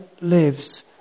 lives